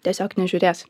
tiesiog nežiūrės